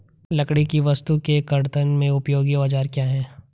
लकड़ी की वस्तु के कर्तन में उपयोगी औजार क्या हैं?